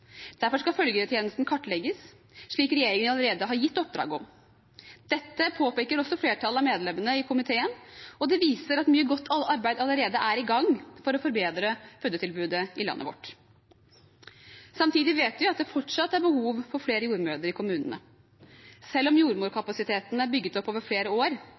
Derfor skal følgetjenesten kartlegges, slik regjeringen allerede har gitt oppdrag om. Dette påpeker også flertallet av medlemmene i komiteen, og det viser at mye godt arbeid allerede er i gang for å forbedre fødetilbudet i landet vårt. Samtidig vet vi at det fortsatt er behov for flere jordmødre i kommunene. Selv om jordmorkapasiteten er bygget opp over flere år,